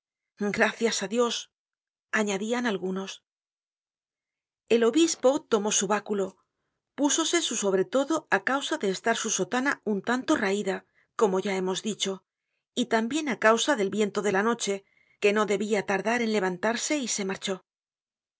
gracias á dios añadian algunos el obispo tomó su báculo púsose su sobretodo á causa de estar su sotana un tanto raida como ya hemos dicho y tambien á causa del viento de la noche que no debia tardar en levantarse y marchó